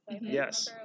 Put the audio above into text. Yes